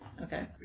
Okay